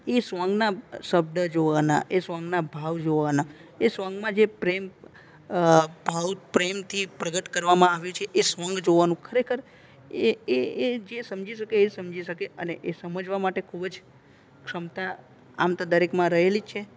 એ સોંગના શબ્દ જોવાના એ સોંગના ભાવ જોવાના એ સોંગમાં જે પ્રેમ ભાવ પ્રેમથી પ્રગટ કરવામાં આવ્યું છે એ સોંગ જોવાનું ખરેખર એ એ એ જે સમજી શકે એ જ સમજી શકે અને એ સમજવા માટે ખૂબ જ ક્ષમતા આમ તો દરેકમાં રહેલી જ છે